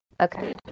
Okay